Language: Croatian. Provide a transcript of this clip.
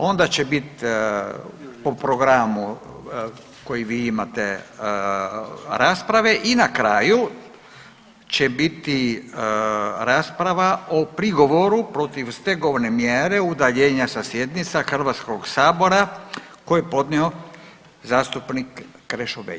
Onda će biti po programu koji vi imate rasprave i na kraju će biti rasprava o prigovoru protiv stegovne mjere udaljenja sa sjednica Hrvatskog sabora koji je podnio zastupnik Krešo